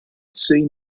seen